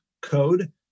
code